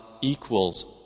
equals